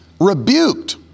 rebuked